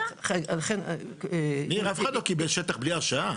ניר, אף אחד לא קיבל שטח בלי הרשאה.